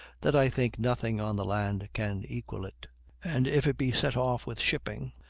that i think nothing on the land can equal it and if it be set off with shipping,